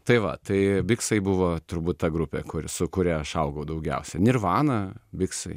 tai va tai biksai buvo turbūt ta grupė kuri su kuria aš augau daugiausiai nirvana biksai